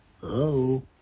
Hello